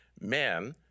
men